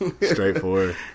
Straightforward